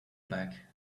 back